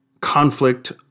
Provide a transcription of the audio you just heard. conflict